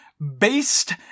Based